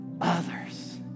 others